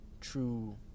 true